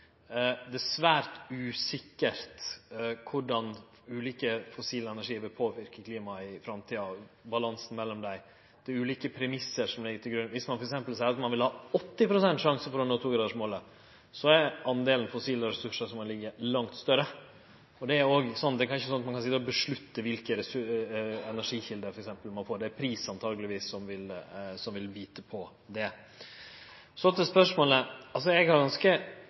Det er svært usikkert korleis ulike fossilenergiar – og balansen mellom dei – vil påverke klimaet i framtida. Det er ulike premissar som ligg til grunn. Viss ein f.eks. seier at ein vil ha 80 pst. sjanse for å nå togradersmålet, er delen fossile ressursar langt større. Ein kan ikkje avgjere kva for energikjelder ein får – det er antakeleg pris som vil bite på det. Så til spørsmålet: Eg har ganske